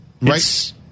right